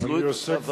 שתבטלו את הצו הזה.